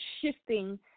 shifting